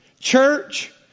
Church